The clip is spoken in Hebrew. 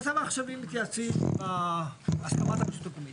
במצב העכשווי מתייעצים עם הסכמת הרשות המקורית.